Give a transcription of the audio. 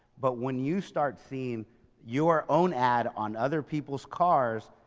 but when you start seeing your own ad on other people's cars,